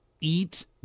eat